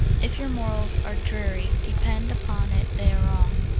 if your morals are dreary, depend upon it they are wrong.